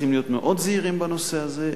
צריכים להיות מאוד זהירים בנושא הזה,